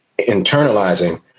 internalizing